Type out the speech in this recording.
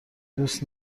دوست